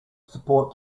support